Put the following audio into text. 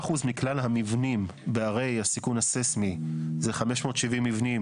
כ-30% מכלל המבנים בערי הסיכון הססמי זה 570 מבנים,